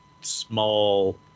small